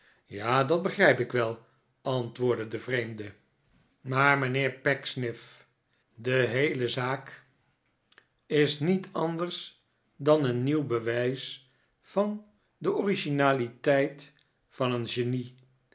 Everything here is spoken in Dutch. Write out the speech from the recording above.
ja dat begrijp ik wel antwoordde de vreemde maar mijnheer pecksniff de maarten chuzzlewit heele zaak is niets anders dan een nieuw bewijs van de originaliteit van een genie